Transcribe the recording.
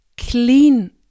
clean